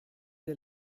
der